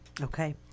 Okay